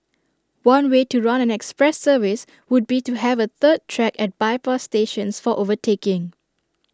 one way to run an express service would be to have A third track at bypass stations for overtaking